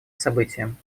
событием